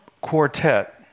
quartet